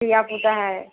धियापुता है